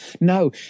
No